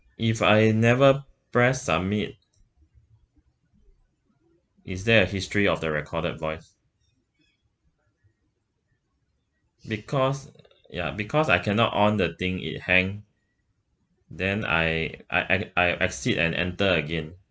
if I never press submit is there a history of the recorded voice because ya because I cannot on the thing it hanged then I I ex~ I exit and enter again